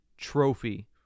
Trophy